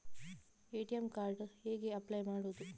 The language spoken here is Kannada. ಎ.ಟಿ.ಎಂ ಕಾರ್ಡ್ ಗೆ ಹೇಗೆ ಅಪ್ಲೈ ಮಾಡುವುದು?